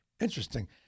Interesting